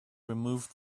removed